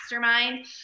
mastermind